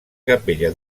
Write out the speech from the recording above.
capella